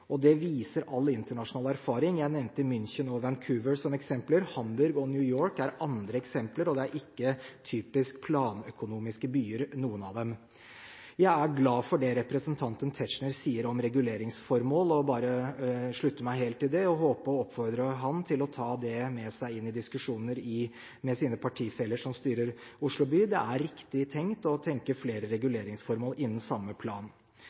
Det viser all internasjonal erfaring. Jeg nevnte München og Vancouver som eksempler, Hamburg og New York er andre eksempler. Ingen av dem er typisk planøkonomiske byer. Jeg er glad for det representanten Tetzschner sier om reguleringsformål. Jeg vil slutte meg helt til det og oppfordrer ham til å ta det med seg i diskusjoner med sine partifeller som styrer i Oslo by. Det er riktig tenkt å tenke flere reguleringsformål innen samme plan.